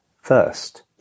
first